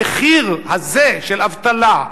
המחיר הזה של אבטלה,